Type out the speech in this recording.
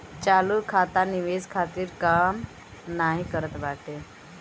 चालू खाता निवेश खातिर काम नाइ करत बाटे